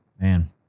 Man